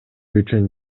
үчүн